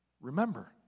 Remember